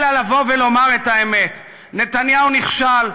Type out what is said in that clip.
אלא לבוא ולומר את האמת: נתניהו נכשל,